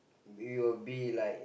we will be like